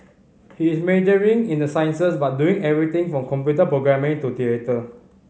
he is majoring in the sciences but doing everything from computer programming to theatre